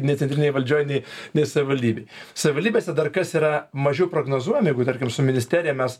nei centrinėj valdžioj nei savivaldybėj savivaldybėse dar kas yra mažiau prognozuojami jeigu tarkim su ministerija mes